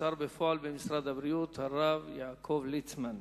השר בפועל במשרד הבריאות, הרב יעקב ליצמן.